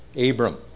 Abram